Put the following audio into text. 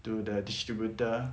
to the distributor